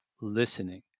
listening